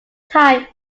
time